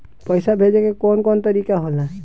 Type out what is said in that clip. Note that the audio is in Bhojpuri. पइसा भेजे के कौन कोन तरीका होला?